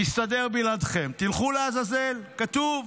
נסתדר בלעדיכם, תלכו לעזאזל, כתוב,